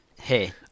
Hey